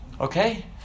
okay